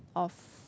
of